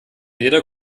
jeder